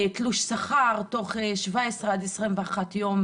תלוש שכר תוך 17 21 יום,